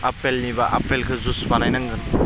आपेलनिब्ला आपेलखो जुइस बानायनांगोन